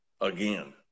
again